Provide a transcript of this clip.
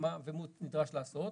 מה נדרש לעשות.